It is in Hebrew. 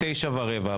וזה יהיה בתשע ורבע.